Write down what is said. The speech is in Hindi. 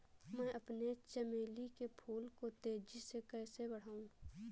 मैं अपने चमेली के फूल को तेजी से कैसे बढाऊं?